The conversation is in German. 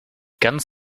ganz